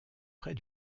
près